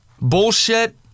bullshit